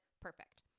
perfect